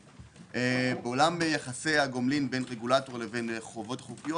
בעולם יחסי הגומלין בין רגולטור לחובות החוקיות